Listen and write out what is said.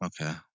Okay